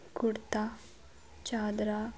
ਕੁੜਤਾ ਚਾਦਰਾ